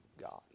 God